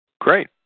Great